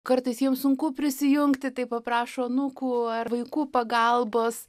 kartais jiem sunku prisijungti tai paprašo anūkų ar vaikų pagalbos